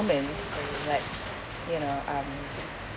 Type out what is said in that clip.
~ments like you know um